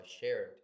shared